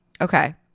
Okay